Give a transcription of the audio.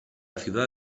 ciudad